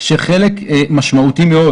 חלק משמעותי מאוד